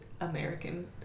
American